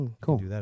Cool